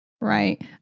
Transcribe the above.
right